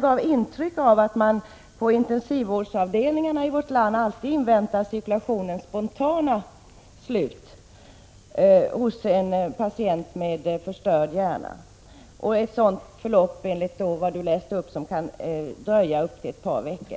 gav intryck av att man på intensivvårdsavdelningarna i vårt land alltid inväntar cirkulationens spontana slut hos en patient med förstörd hjärna och att ett sådant förlopp kan pågå i ett par veckor.